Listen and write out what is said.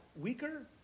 weaker